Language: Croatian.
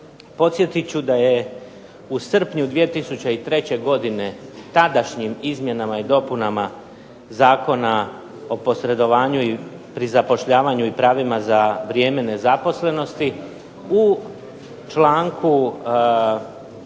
podsjetit ću da je u srpnju 2003. godine tadašnjim izmjenama i dopunama Zakona o posredovanju pri zapošljavanju i pravima za vrijeme nezaposlenosti, u članku